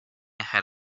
ahead